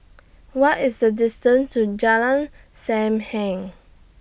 What IS The distance to Jalan SAM Heng